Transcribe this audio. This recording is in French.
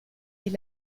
est